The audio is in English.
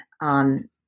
on